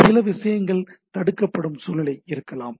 சில விஷயங்கள் தடுக்கப்படும் சூழ்நிலை இருக்கலாம்